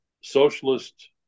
socialist